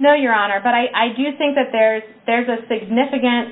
no your honor but i do think that there's there's a significant